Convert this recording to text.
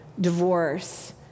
divorce